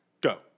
Go